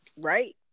right